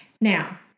Now